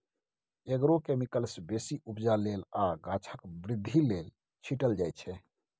agrochemicals बेसी उपजा लेल आ गाछक बृद्धि लेल छीटल जाइ छै